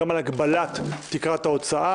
גם על הגבלת תקרת ההוצאה,